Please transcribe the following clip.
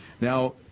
Now